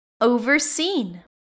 overseen